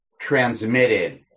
transmitted